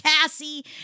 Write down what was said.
Cassie